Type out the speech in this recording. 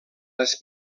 les